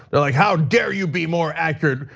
they're like, how dare you be more accurate.